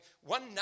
one